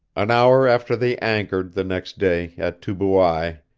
an hour after they anchored, the next day, at tubuai,